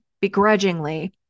begrudgingly